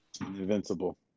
Invincible